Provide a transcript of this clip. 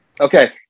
Okay